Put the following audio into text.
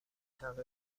تغییر